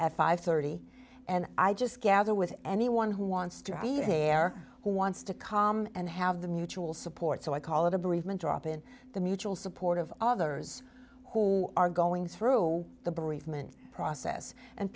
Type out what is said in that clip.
at five thirty and i just gather with anyone who wants to be there who wants to come and have the mutual support so i call it a bereavement drop in the mutual support of others who are going through the bereavement process and